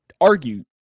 argue